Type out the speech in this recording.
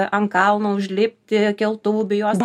ant kalno užlipti keltuvų bei jos